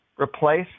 replace